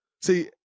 See